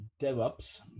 DevOps